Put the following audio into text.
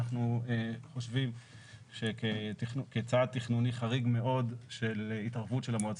אנחנו חושבים שכצעד תכנוני חריג מאוד של התערבות של המועצה